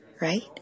right